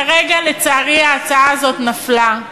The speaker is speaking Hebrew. כרגע, לצערי, ההצעה הזאת נפלה.